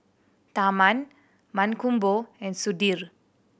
Tharman Mankombu and Sudhir